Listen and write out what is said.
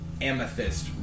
amethyst